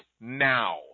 now